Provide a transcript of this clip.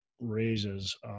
raises